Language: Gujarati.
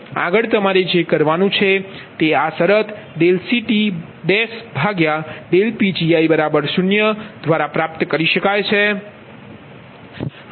આગળ તમારે જે કરવાનું છે તે આ શરત ∂CTPgi0દ્વારા પ્રાપ્ત કરી શકાય છે